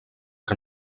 que